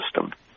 system